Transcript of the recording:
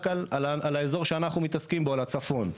רק על האזור שאנחנו מתעסקים בו - על הצפון.